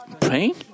praying